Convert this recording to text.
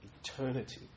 eternity